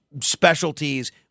specialties